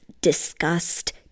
disgust